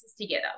together